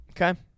Okay